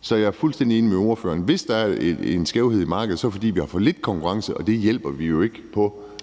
Så jeg fuldstændig enig med ordføreren i, at hvis der er en skævhed i markedet, er det, fordi vi har for lidt konkurrence, og det afhjælper vi jo ikke ved